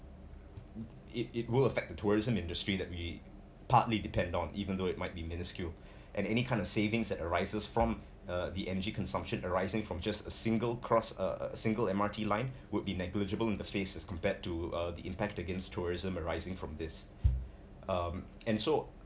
it it will affect the tourism industry that we partly depend on even though it might be minuscule and any kind of savings that arises from uh the energy consumption arising from just a single cross a single M_R_T line would be negligible interface as compared to uh the impact against tourism arising from this um and so